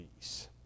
peace